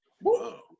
Whoa